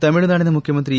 ತಮಿಳುನಾಡಿನ ಮುಖ್ಯಮಂತ್ರಿ ಇ